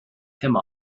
him